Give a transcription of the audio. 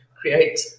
create